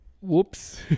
whoops